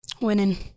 Winning